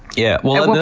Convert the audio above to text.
yeah. well,